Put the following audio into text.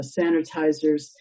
sanitizers